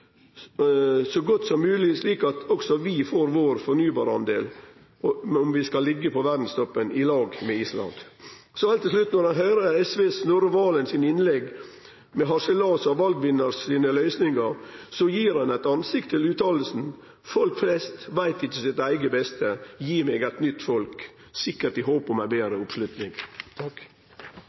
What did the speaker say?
så godt som mogleg, slik at også vi får vår fornybardel, om vi skal liggje på verdstoppen i lag med Island. Så heilt til slutt: Når eg høyrer SVs Snorre Serigstad Valens innlegg, med harselas over valvinnarane sine løysingar, gir han eit ansikt til ytringa: Folk flest veit ikkje sitt eige beste, gi meg eit nytt folk – sikkert i håp om ei betre oppslutning.